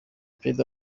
perezida